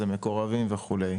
מקורבים וכדומה,